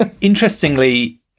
interestingly